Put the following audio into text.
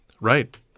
Right